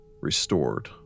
restored